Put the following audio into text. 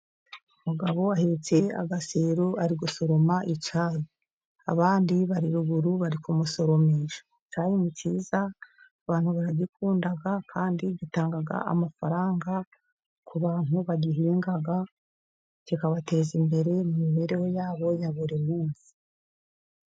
Umugabo ahetse agasero , ari gusoroma icyayi abandi bari ruguru bari kumusoromesha, icyayi ni cyiza abantu baragikunda kandi gitanga amafaranga, ku bantu bagihinga kikabateza imbere mu mibereho yabo ya buri munsi.